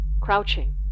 crouching